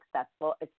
successful